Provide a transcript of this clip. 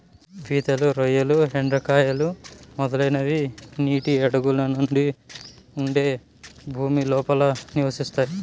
పీతలు, రొయ్యలు, ఎండ్రకాయలు, మొదలైనవి నీటి అడుగున ఉండే భూమి లోపల నివసిస్తాయి